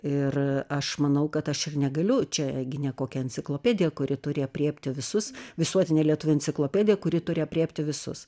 ir aš manau kad aš ir negaliu čia gi ne kokia enciklopedija kuri turi aprėpti visus visuotinė lietuvių enciklopedija kuri turi aprėpti visus